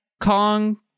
Kong